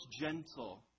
gentle